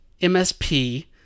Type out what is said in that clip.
MSP